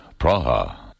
Praha